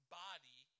body